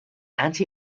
anti